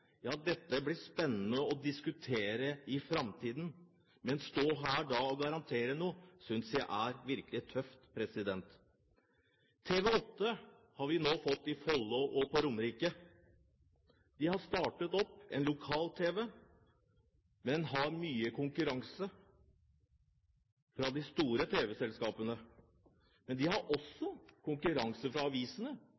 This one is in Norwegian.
Ja, dette blir spennende å diskutere i framtiden, men å stå her og garantere noe synes jeg er virkelig tøft. TV8 har vi nå fått i Follo og på Romerike. De har startet opp en lokal-tv, men har mye konkurranse fra de store tv-selskapene. Men de har også